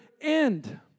end